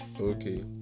okay